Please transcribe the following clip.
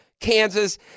Kansas